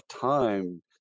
time